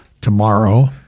tomorrow